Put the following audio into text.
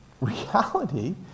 reality